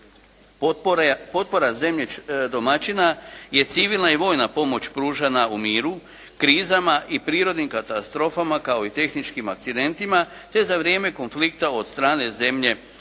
Potpora zemlje domaćina je civilna i vojna pomoć pružana u miru, krizama i prirodnim katastrofama kao i tehničkim akcidentima te za vrijeme konflikta od strane zemlje